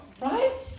Right